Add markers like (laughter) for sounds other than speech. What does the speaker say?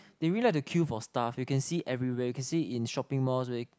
they really like to queue for stuff you can see it everywhere you can see it in shopping malls (noise)